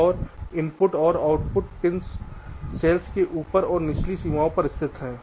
और इनपुट और output pins cell की ऊपरी और निचली सीमाओं पर स्थित हैं